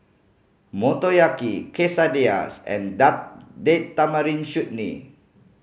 Motoyaki Quesadillas and Date Tamarind Chutney